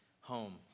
home